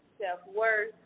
self-worth